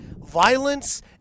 violence